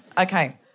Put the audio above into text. Okay